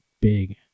big